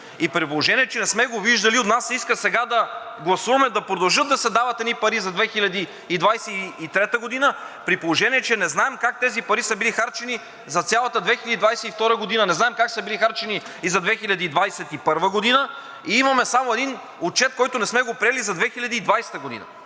При положение че не сме го виждали, от нас се иска сега да гласуваме да продължат да се дават едни пари за 2023 г., при положение че не знаем как тези пари са били харчени за цялата 2022 г., не знаем как са били харчени и за 2021 г. и имаме само един отчет, който не сме приели, за 2020 г.